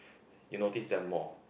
you notice them more